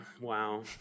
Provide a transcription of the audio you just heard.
wow